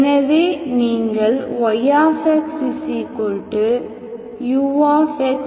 எனவே நீங்கள் yx ux